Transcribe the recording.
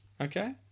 Okay